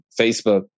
Facebook